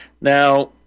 Now